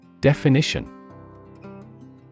Definition